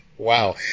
Wow